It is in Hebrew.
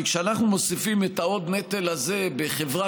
כי כשאנחנו מוסיפים את הנטל הזה בחברה